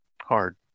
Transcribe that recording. hard